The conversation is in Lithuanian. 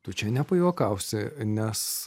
tu čia nepajuokausi nes